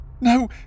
No